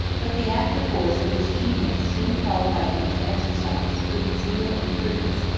but the active force of his genius soon qualified him to exercise, with zeal and prudence,